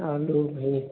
आलू भी